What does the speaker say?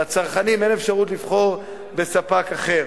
לצרכנים אין אפשרות לבחור בספק אחר.